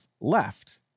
left